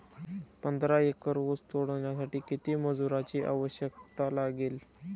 पंधरा एकर ऊस तोडण्यासाठी किती मजुरांची आवश्यकता लागेल?